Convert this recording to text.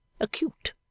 acute